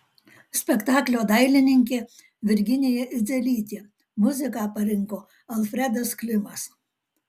spektaklio dailininkė virginija idzelytė muziką parinko alfredas klimas